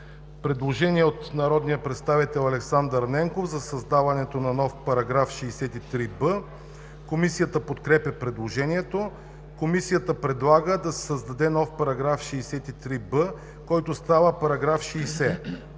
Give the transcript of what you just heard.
Предложение от народния представител Александър Ненков за създаването на нов § 63б. Комисията подкрепя предложението. Комисията предлага да се създаде нов § 63б, който става § 60: „§ 60.